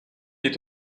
est